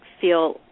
feel